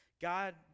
God